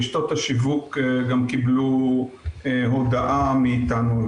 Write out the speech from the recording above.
רשתות השיווק גם קיבלו על כך הודעה מאתנו.